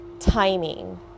timing